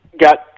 got